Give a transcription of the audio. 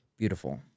beautiful